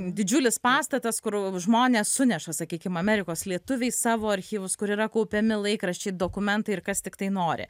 didžiulis pastatas kur žmonės suneša sakykim amerikos lietuviai savo archyvus kur yra kaupiami laikraščiai dokumentai ir kas tiktai nori